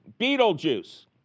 beetlejuice